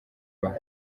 ubaha